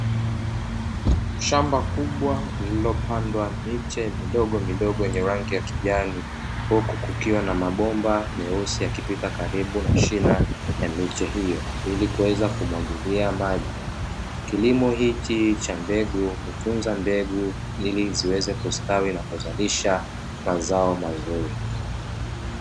Shamba kubwa lililopandwa miche midogomidogo yenye rangi ya kijani, huku kukiwa na mabomba meusi yakipita karibu na mashina ya miche hiyo, ili kuweza kumwagilia maji. Kilimo hiki cha mbegu hutunza mbegu ili ziweze kustawi na kuzalisha mazao mazuri.